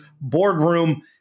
Boardroom